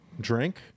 drink